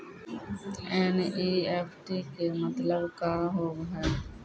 NEFT के मतलब का होव हेय?